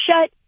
shut